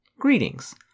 Greetings